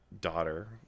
daughter